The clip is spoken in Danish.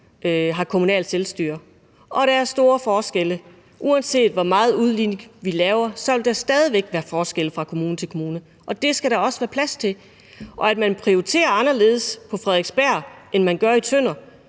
har kommunalt selvstyre, og der er store forskelle. Uanset hvor meget udligning vi laver, vil der stadig væk være forskelle fra kommune til kommune, og det skal der også være plads til. Og at man prioriterer anderledes på Frederiksberg, end man gør i Tønder,